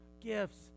gifts